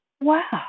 wow